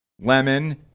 Lemon